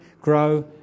grow